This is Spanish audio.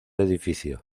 edificio